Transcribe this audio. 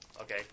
Okay